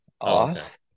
off